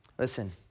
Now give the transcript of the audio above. Listen